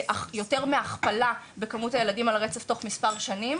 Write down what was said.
זה יותר מהכפלה בכמות הילדים על הרצף תוך מספר שנים.